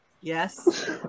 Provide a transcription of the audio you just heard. Yes